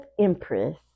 empress